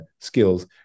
skills